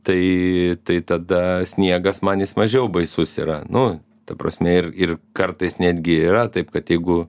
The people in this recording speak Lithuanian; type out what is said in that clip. tai tai tada sniegas man jis mažiau baisus yra nu ta prasme ir ir kartais netgi yra taip kad jeigu